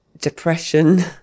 depression